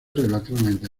relativamente